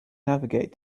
navigate